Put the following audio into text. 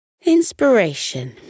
Inspiration